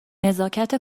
نزاکت